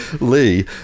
Lee